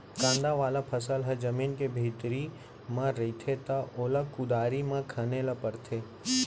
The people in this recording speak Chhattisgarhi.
कांदा वाला फसल ह जमीन के भीतरी म रहिथे त ओला कुदारी म खने ल परथे